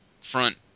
front